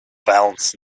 velns